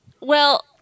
Well-